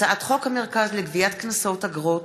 הצעת חוק המרכז לגביית קנסות, אגרות